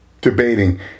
debating